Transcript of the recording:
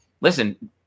listen